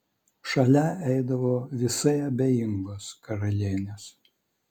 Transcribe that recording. šalia eidavo visai abejingos karalienės